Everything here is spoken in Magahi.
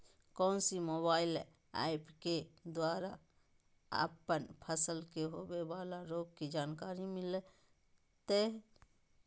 कौन सी मोबाइल ऐप के द्वारा अपन फसल के होबे बाला रोग के जानकारी मिलताय?